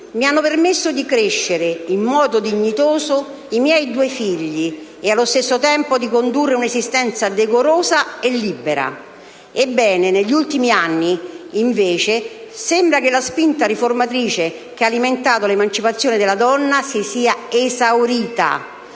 mi hanno permesso di crescere in modo dignitoso i miei due figli e allo stesso tempo di condurre un'esistenza decorosa e libera. Negli ultimi anni, invece, sembra che la spinta riformatrice che ha alimentato l'emancipazione della donna si sia esaurita.